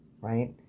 Right